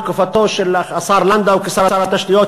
בתקופתו של שר לנדאו כשר התשתיות,